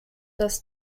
das